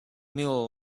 mule